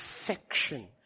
affection